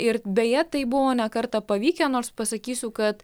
ir beje tai buvo ne kartą pavykę nors pasakysiu kad